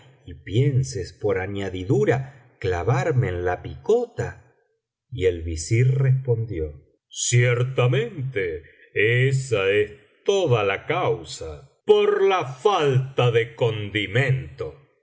y pienses por añadidura clavarme en la picota y el visir respondió ciertamente esa es toda la causa por la falta de condimento